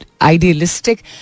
idealistic